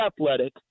athletic